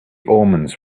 omens